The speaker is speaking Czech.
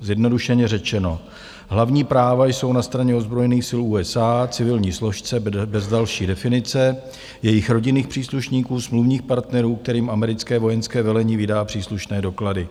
Zjednodušeně řečeno, hlavní práva jsou na straně ozbrojených sil USA, civilní složce bez další definice, jejich rodinných příslušníků, smluvních partnerů, kterým americké vojenské velení vydá příslušné doklady.